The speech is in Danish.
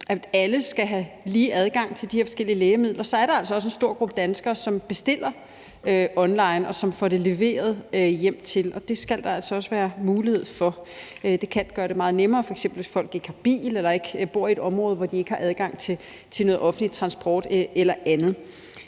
at alle skal have lige adgang til de her forskellige lægemidler, er der altså også en stor gruppe danskere, som bestiller online, og som får det leveret hjem, og det skal der altså også være mulighed for. Det kan gøre det meget nemmere, f.eks. hvis folk ikke har bil, eller hvis de bor i et område, hvor de ikke har adgang til offentlig transport eller andet.